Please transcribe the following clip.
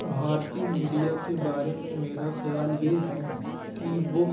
بھارتی میڈیا کے بارے میں میرا خیال یہ ہے کہ وہ